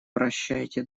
прощайте